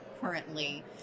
currently